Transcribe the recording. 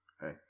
Hey